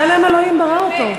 בצלם אלוהים ברא אותו.